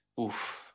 oof